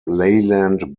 leyland